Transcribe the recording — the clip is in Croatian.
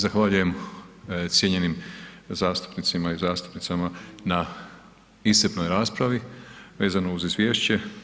Zahvaljujem cijenjenim zastupnicima i zastupnicama na iscrpnoj raspravi vezano uz izvješće.